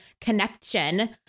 connection